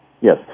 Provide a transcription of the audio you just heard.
Yes